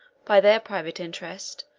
by their private interest,